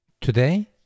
Today